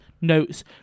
notes